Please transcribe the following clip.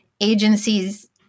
agencies